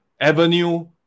Avenue